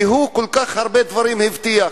כי הוא כל כך הרבה דברים הבטיח: